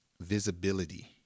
visibility